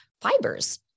fibers